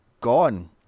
gone